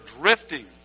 drifting